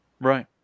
Right